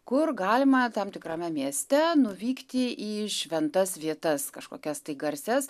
kur galima tam tikrame mieste nuvykti į šventas vietas kažkokias tai garsias